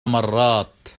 مرات